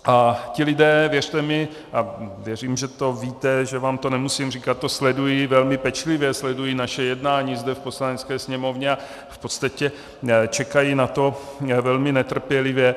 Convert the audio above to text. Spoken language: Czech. A ti lidé, věřte mi, a věřím, že to víte, že vám to nemusím říkat, sledují velmi pečlivě naše jednání zde v Poslanecké sněmovně a v podstatě čekají na to velmi netrpělivě.